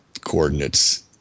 coordinates